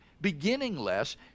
beginningless